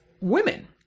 women